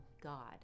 God